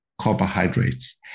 carbohydrates